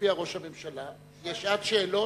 מופיע ראש הממשלה לשעת שאלות,